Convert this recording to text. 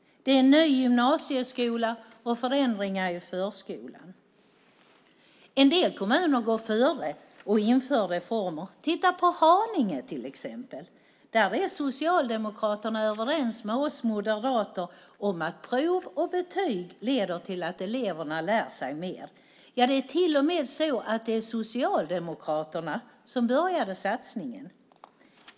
Det är en ny gymnasieskola och förändringar i förskolan. En del kommuner går före och inför reformer. Titta på Haninge till exempel! Där är Socialdemokraterna överens med oss moderater om att prov och betyg leder till att eleverna lär sig mer. Ja, det är till och med så att det är Socialdemokraterna som började satsningen.